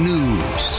News